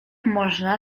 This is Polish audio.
można